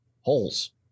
Holes